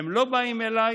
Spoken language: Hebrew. הם לא באים אליי,